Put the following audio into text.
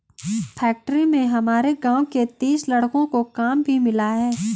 factory में हमारे गांव के तीस लड़कों को काम भी मिला है